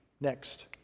next